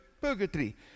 purgatory